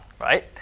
right